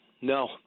No